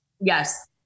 Yes